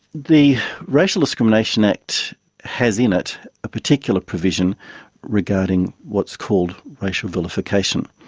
the racial discrimination act has in it a particular provision regarding what is called racial vilification.